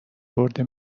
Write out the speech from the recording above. برده